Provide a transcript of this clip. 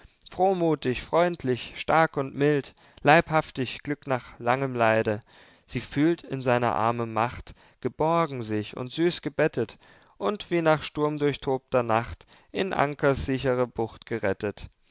frohmuthig freundlich stark und mild leibhaftig glück nach langem leide sie fühlt in seiner arme macht geborgen sich und süß gebettet und wie nach sturmdurchtobter nacht in ankersichre bucht gerettet